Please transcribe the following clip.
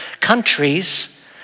countries